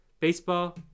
baseball